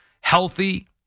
Healthy